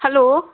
hello